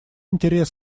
интерес